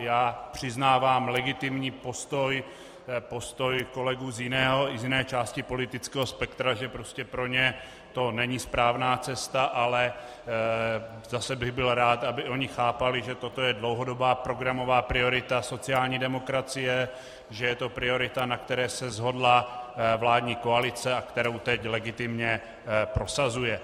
Já přiznávám legitimní postoj kolegů z jiné části politického spektra, že prostě pro ně to není správná cesta, ale zase bych byl rád, aby i oni chápali, že toto je dlouhodobá programová priorita sociální demokracie, že je to priorita, na které se shodla vládní koalice a kterou teď legitimně prosazuje.